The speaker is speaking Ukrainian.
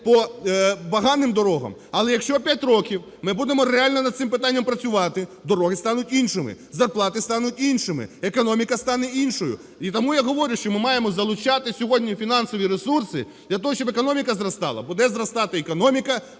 по поганим дорогам. Але якщо 5 років ми будемо реально над цим питанням працювати, дороги стануть іншими, зарплати стануть іншими, економіка стане іншою. І тому я говорю, що ми маємо залучати сьогодні фінансові ресурси для того, щоб економіка зростала. Буде зростати економіка